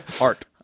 Art